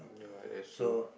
ya that's true